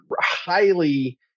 highly